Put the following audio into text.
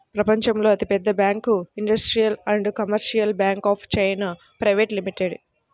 ప్రపంచంలో అతిపెద్ద bank industrial and commercial bank of China private limited